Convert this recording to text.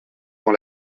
dans